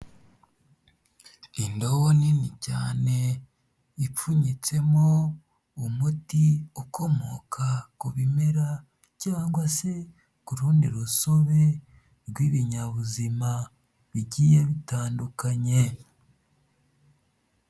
Indobo nini cyane ipfunyitsemo umuti ukomoka ku bimera cyangwa se ku rundi rusobe rw'ibinyabuzima bigiye bitandukanye.